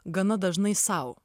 gana dažnai sau